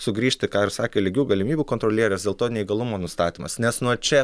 sugrįžti ką ir sakė lygių galimybių kontrolierės dėl to neįgalumo nustatymas nes nuo čia